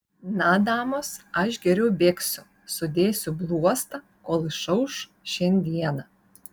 na damos aš geriau bėgsiu sudėsiu bluostą kol išauš šiandiena